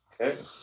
Okay